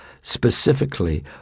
specifically